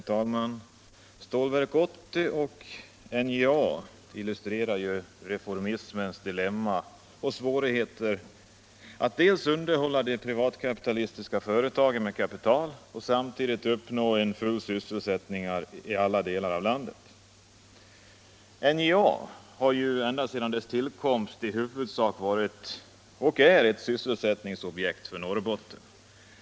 Herr talman! Stålverk 80 och NJA illustrerar reformismens dilemma och svårigheter att underhålla de privatkapitalistiska företagen med kapital och samtidigt uppnå full sysselsättning i alla delar av landet. NJA har ända sedan sin tillkomst i huvudsak varit, och är, ett sysselsättningsobjekt för Norrbotten.